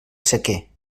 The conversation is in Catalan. sequer